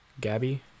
Gabby